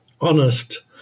honest